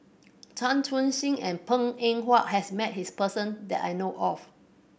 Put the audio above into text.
Chan Chun Sing and Png Eng Huat has met this person that I know of